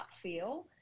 feel